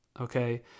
okay